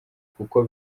kuko